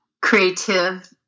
creative